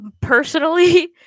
personally